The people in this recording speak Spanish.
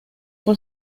por